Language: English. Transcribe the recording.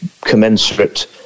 commensurate